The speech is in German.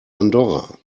andorra